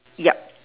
yup